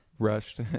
rushed